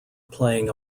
playing